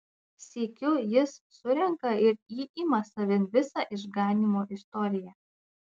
sykiu jis surenka ir įima savin visą išganymo istoriją